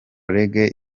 reggae